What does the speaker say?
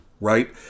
right